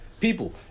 People